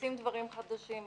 מכניסים דברים חדשים,